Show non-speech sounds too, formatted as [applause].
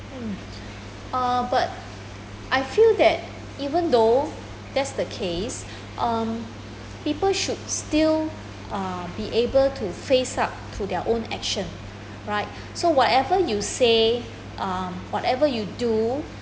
mm uh but I feel that even though that's the case [breath] um people should still uh be able to face up to their own action right [breath] so whatever you say um whatever you do